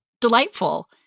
delightful